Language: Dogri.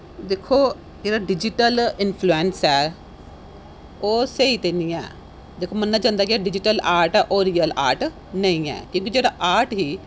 दिक्को एह् डिजिटल इंफलुऐंस ऐ ओह् स्हई ते नेईं ऐ दिक्खो मन्नेआ जंदा कि डिजिटल आर्ट होर रियल आर्ट नेईं ऐ क्योंकि जेह्ड़ा आर्ट ऐ